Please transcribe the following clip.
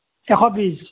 এশ বিছ